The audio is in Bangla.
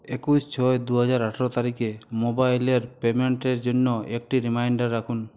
একুশ ছয় দু হাজার আঠারো তারিখে মোবাইলের পেইমেন্টের জন্য একটি রিমাইন্ডার রাখুন